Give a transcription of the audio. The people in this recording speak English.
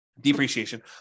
depreciation